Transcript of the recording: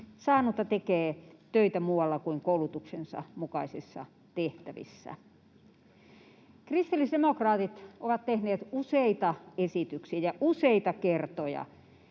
saanutta tekee töitä muualla kuin koulutuksensa mukaisissa tehtävissä. Kristillisdemokraatit ovat tehneet useita esityksiä ja useita kertoja